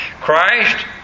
Christ